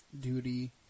duty